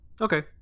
Okay